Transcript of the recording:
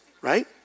right